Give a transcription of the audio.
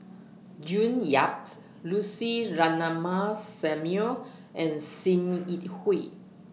June Yaps Lucy Ratnammah Samuel and SIM Yi Hui